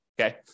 Okay